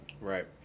Right